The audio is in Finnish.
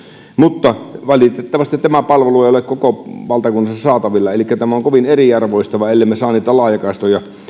mutta valitettavasti tämä palvelu ei ole koko valtakunnassa saatavilla elikkä tämä on kovin eriarvoistavaa ellemme saa näitä